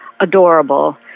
adorable